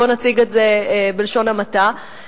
בוא נציג את זה בלשון המעטה,